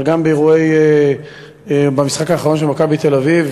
אבל גם במשחק האחרון של "מכבי תל-אביב",